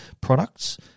products